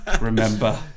remember